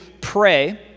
pray